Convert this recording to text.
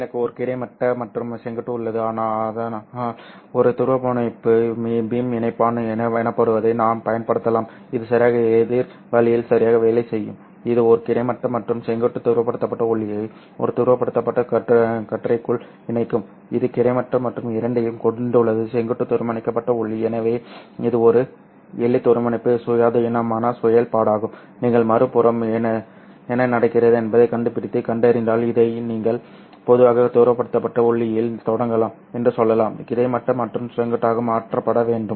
எனவே எனக்கு ஒரு கிடைமட்ட மற்றும் செங்குத்து உள்ளது ஆனால் ஒரு துருவமுனைப்பு பீம் இணைப்பான் எனப்படுவதை நான் பயன்படுத்தலாம் இது சரியாக எதிர் வழியில் சரியாக வேலை செய்யும் இது ஒரு கிடைமட்ட மற்றும் செங்குத்து துருவப்படுத்தப்பட்ட ஒளியை ஒரு துருவப்படுத்தப்பட்ட கற்றைக்குள் இணைக்கும் இது கிடைமட்ட மற்றும் இரண்டையும் கொண்டுள்ளது செங்குத்து துருவமுனைக்கப்பட்ட ஒளி எனவே இது ஒரு எளிய துருவமுனைப்பு சுயாதீனமான செயல்பாடாகும் நீங்கள் மறுபுறம் என்ன நடக்கிறது என்பதைக் கண்டுபிடித்து கண்டறிந்தால் இதை நீங்கள் பொதுவாக துருவப்படுத்தப்பட்ட ஒளியில் தொடங்கலாம் என்று சொல்லலாம் இது கிடைமட்ட மற்றும் செங்குத்தாக மாற்றப்பட வேண்டும்